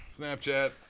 Snapchat